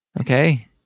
okay